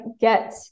get